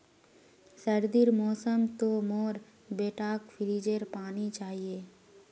सर्दीर मौसम तो मोर बेटाक फ्रिजेर पानी चाहिए